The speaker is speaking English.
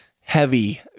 heavy